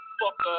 fuck